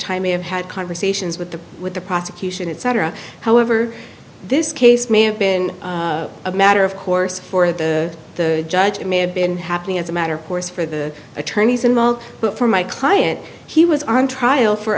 time may have had conversations with the with the prosecution and cetera however this case may have been a matter of course for the the judge may have been happening as a matter of course for the attorneys involved but for my client he was on trial for